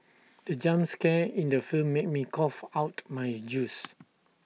the jump scare in the film made me cough out my juice